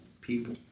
people